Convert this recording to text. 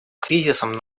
кризисом